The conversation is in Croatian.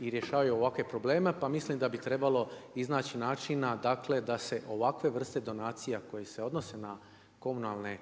i rješavaju ovakve probleme pa mislim da bi trebalo iznaći načina dakle da se ovakve vrste donacije koje se odnose na komunalne